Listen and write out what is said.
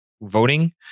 voting